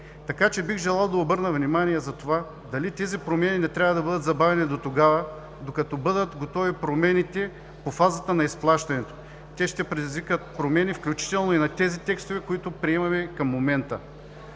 Така че бих желал да обърна внимание за това дали тези промени не трябва да бъдат забавени дотогава, докато бъдат готови промените по фазата на изплащането. Те ще предизвикат промени, включително и на тези текстове, които приемаме към момента.